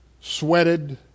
sweated